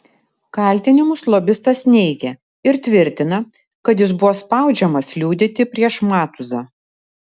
kaltinimus lobistas neigia ir tvirtina kad jis buvo spaudžiamas liudyti prieš matuzą